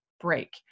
break